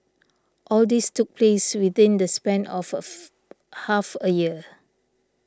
all this took place within the span of of half a year